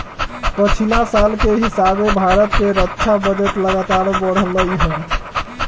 पछिला साल के हिसाबे भारत के रक्षा बजट लगातार बढ़लइ ह